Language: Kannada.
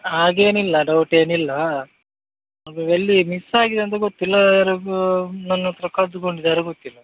ಹಾಗೇನಿಲ್ಲ ಡೌಟ್ ಏನಿಲ್ಲ ಅದು ಎಲ್ಲಿ ಮಿಸ್ ಆಗಿದೆ ಅಂತ ಗೊತ್ತಿಲ್ಲ ಯಾರಾದರೂ ನನ್ನ ಹತ್ರ ಕದ್ದುಕೊಂಡಿದ್ದಾರಾ ಗೊತ್ತಿಲ್ಲ